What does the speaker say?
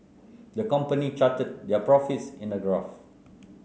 the company charted their profits in a graph